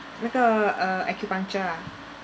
那个 err acupuncture ah